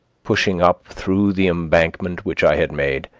pushing up through the embankment which i had made,